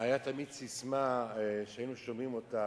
היתה תמיד ססמה ששמענו אותה,